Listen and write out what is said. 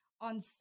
On